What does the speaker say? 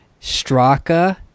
Straka